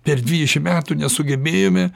per dvidešim metų nesugebėjome